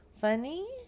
funny